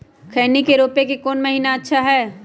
खैनी के रोप के कौन महीना अच्छा है?